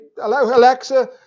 Alexa